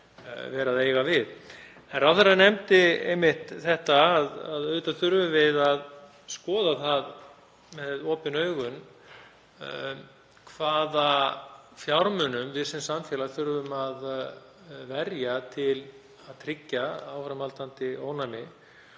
við að eiga. Ráðherrann nefndi einmitt að auðvitað þyrftum við að skoða með opin augun hvaða fjármunum við sem samfélag þurfum að verja í að tryggja áframhaldandi ónæmi